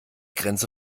grenze